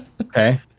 Okay